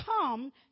come